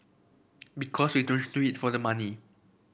because we don't do it for the money